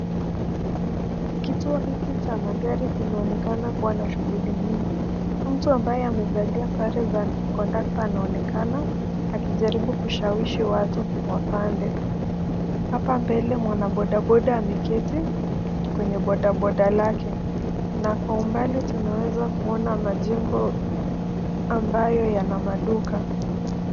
Kituo hiki cha magari kinaonekana kuwa na shughuli mingi. Mtu ambaye amevalia sare za kondakta anaonekana akijaribu kushawishi watu wapande. Hapa mbele mwanabodaboda ameketi kwenye bodaboda lake na kwa umbali tunaweza kuona majengo ambayo yana maduka.